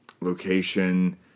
location